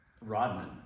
Rodman